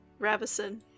Ravison